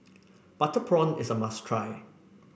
Butter Prawn is a must try